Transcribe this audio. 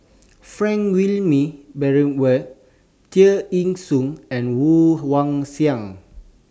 Frank Wilmin Brewer Tear Ee Soon and Woon Wah Siang